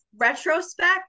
retrospect